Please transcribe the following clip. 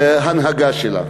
ההנהגה שלה.